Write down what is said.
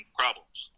problems